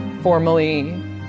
formally